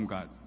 God